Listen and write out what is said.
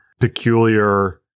peculiar